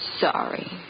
sorry